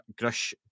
grush